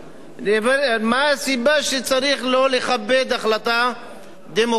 מה הסיבה שצריך לא לכבד החלטה דמוקרטית,